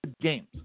games